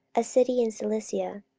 a city in cilicia,